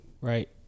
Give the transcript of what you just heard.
right